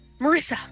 Marissa